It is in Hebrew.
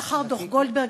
לאחר דוח גולדברג,